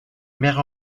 mère